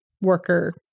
worker